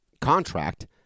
contract